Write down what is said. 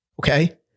okay